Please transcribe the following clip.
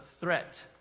threat